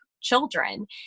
children